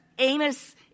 Amos